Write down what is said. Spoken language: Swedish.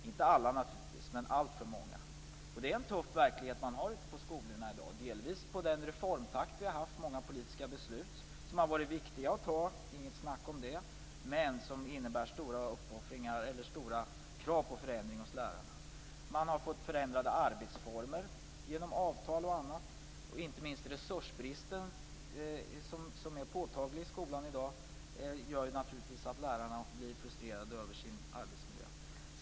Inte alla naturligtvis, men alltför många. Det är en tuff verklighet man har ute på skolorna i dag. Det beror delvis på den reformtakt vi har haft. Många politiska beslut har varit viktiga att fatta, inget snack om det, men de har inneburit stora krav på förändring hos lärarna. Man har fått förändrade arbetsformer genom avtal och annat. Inte minst resursbristen, som är påtaglig i skolan i dag, gör naturligtvis att lärarna blir frustrerade över sin arbetsmiljö.